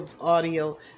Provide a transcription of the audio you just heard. audio